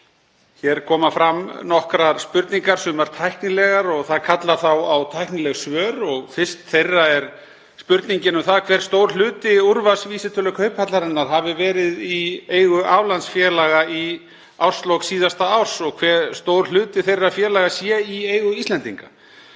Hér koma fram nokkrar spurningar, sumar tæknilegar, og það kallar þá á tæknileg svör. Fyrst er spurningin um hver stór hluti úrvalsvísitölu Kauphallarinnar hafi verið í eigu aflandsfélaga í árslok síðasta árs og hve stór hluti þeirra félaga sé í eigu Íslendinga.